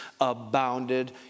abounded